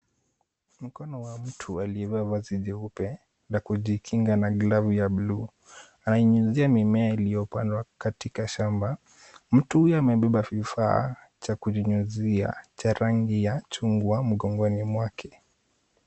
Mkono wa mtu aliyevaa vazi jeupe la kujikinga na glavu ya bluu, ananyunyiza mimea iliyopandwa katika shamba. Mtu huyo amebeba kifaa cha kunyunyizia cha rangi ya chungwa mgongoni mwake.